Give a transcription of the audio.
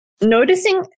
Noticing